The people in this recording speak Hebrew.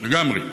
לגמרי.